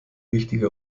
wichtige